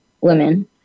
women